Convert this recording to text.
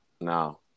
No